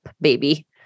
baby